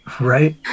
right